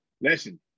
listen